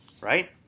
Right